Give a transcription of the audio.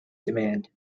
demand